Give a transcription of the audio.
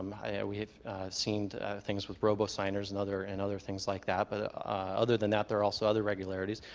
um i know ah we have seen things with robo-signers and other and other things like that, but other than that, there are also other regularities.